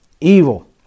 evil